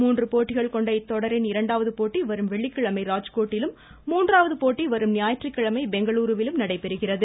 மூன்று போட்டிகள் கொண்ட இத்தொடரின் இரண்டாவது போட்டி வரும் வெள்ளிக்கிழமை ராஜ்கோட்டிலும் மூன்றாவது போட்டி வரும் ஞாயிற்றுக்கிழமை பெங்களுருவிலும் நடைபெறுகிறது